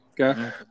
okay